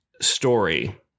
story